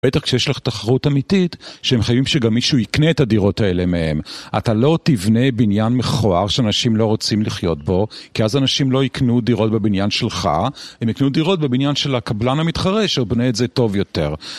בטח כשיש לך תחרות אמיתית, שהם חייבים שגם מישהו יקנה את הדירות האלה מהם. אתה לא תבנה בניין מכוער שאנשים לא רוצים לחיות בו, כי אז אנשים לא יקנו דירות בבניין שלך, הם יקנו דירות בבניין של הקבלן המתחרה, שהוא בונה את זה טוב יותר.